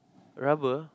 rubber